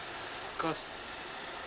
cause